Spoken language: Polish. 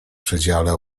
przedziale